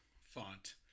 font